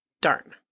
Darn